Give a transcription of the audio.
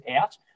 out